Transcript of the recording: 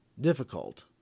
difficult